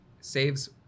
saves